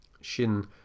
Shin